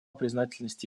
признательности